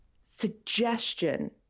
suggestion